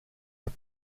are